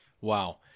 Wow